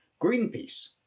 Greenpeace